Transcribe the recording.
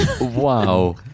Wow